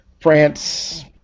France